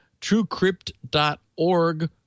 truecrypt.org